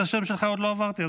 את השם שלך עוד לא אמרתי.